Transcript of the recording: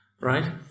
right